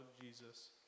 Jesus